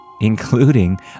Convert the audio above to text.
including